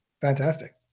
fantastic